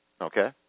Okay